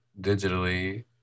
digitally